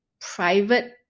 private